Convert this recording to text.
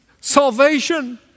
salvation